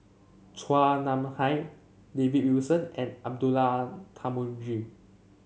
Chua Nam Hai David Wilson and Abdullah Tarmugi